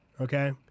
okay